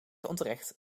onterecht